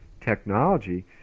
technology